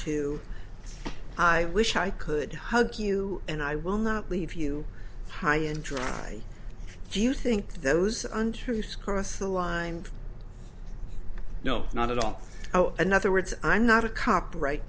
too i wish i could hug you and i will not leave you high and dry do you think those untruths cross the line no not at all oh another words i'm not a cop right